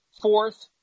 fourth